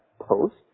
post